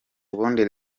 ubundi